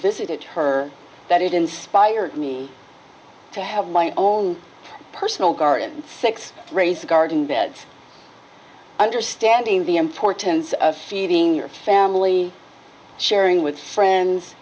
visited her that it inspired me to have my own personal garden six raise garden beds understanding the importance of feeding your family sharing with friends